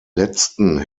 letzten